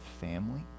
family